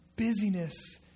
busyness